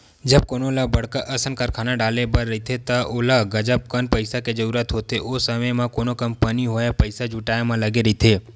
जब कोनो ल बड़का असन कारखाना डाले बर रहिथे त ओला गजब कन पइसा के जरूरत होथे, ओ समे म कोनो कंपनी होय पइसा जुटाय म लगे रहिथे